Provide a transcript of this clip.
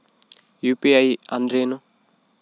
UPI ಅಂದ್ರೇನು?